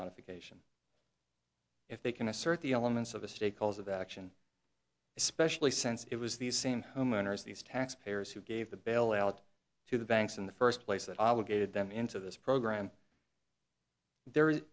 modification if they can assert the elements of a state cause of action especially since it was the same homeowners these taxpayers who gave the bail out to the banks in the first place that obligated them into this program there